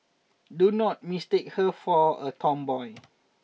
do not mistake her for a tomboy